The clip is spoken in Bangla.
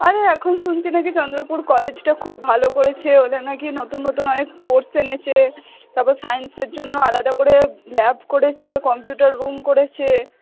আরে এখন শুনছি নাকি চন্দ্রপুর কলেজটা খুব ভালো করেছে ওদের নাকি নতুন নতুন অনেক কোর্স এনেছে তারপর সায়েন্সের জন্য আলাদা করে ল্যাব করেছে কম্পিউটার রুম করেছে